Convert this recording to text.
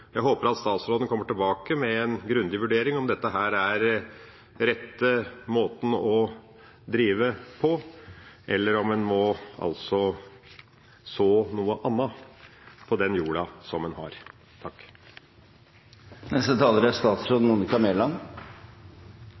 jeg følte det var samme konklusjon. Jeg håper at statsråden kommer tilbake med en grundig vurdering av om dette er den rette måten å drive på, eller om man må så noe annet på den jorda man har. Omstilling av økonomien har høy prioritet for regjeringen. En